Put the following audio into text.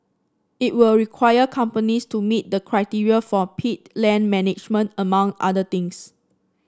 it will require companies to meet the criteria for peat land management among other things